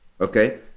Okay